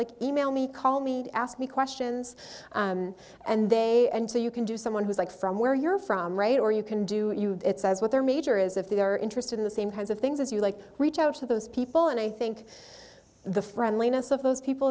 like e mail me call me and ask me questions and they and so you can do someone who's like from where you're from right or you can do it says what their major is if they are interested in the same kinds of things as you like reach out to those people and i think the friendliness of those people